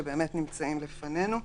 הם באמת נמצאים לפנינו פה.